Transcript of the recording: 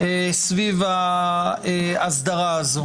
סביב ההסדרה הזו,